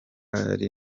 ari